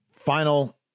Final